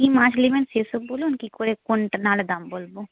কি মাছ নেবেন সেসব বলুন কি করে কোনটা না হলে দাম বলব